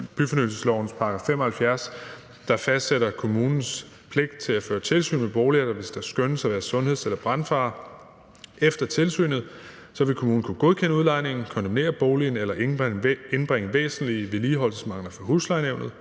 byfornyelseslovens § 75, der fastsætter kommunens pligt til at føre tilsyn med boligerne, hvis der skønnes at være sundheds- eller brandfare. Efter tilsynet vil kommunen kunne godkende udlejningen, kondemnere boligen eller indbringe væsentlige vedligeholdelsesmangler for huslejenævnet.